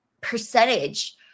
percentage